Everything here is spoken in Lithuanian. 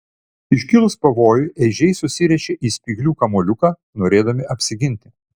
iškilus pavojui ežiai susiriečia į spyglių kamuoliuką norėdami apsiginti